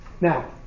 Now